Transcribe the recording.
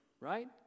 right